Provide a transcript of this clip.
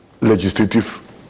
legislative